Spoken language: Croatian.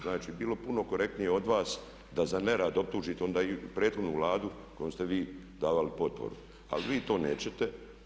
Znači, bilo bi puno korektnije od vas da za nerad optužite onda i prethodnu kojem ste vi davali potporu, al vi to nećete.